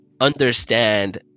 understand